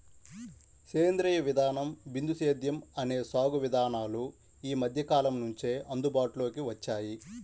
సేంద్రీయ విధానం, బిందు సేద్యం అనే సాగు విధానాలు ఈ మధ్యకాలం నుంచే అందుబాటులోకి వచ్చాయి